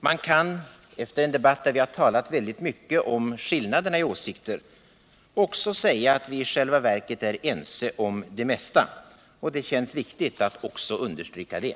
Man kan, efter en debatt där vi har talat väldigt mycket om skillnaderna i åsikter, också säga att vi i själva verket är ense om det mesta. Det känns riktigt att även understryka det.